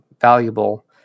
valuable